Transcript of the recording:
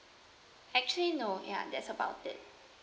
actually no ya that's about it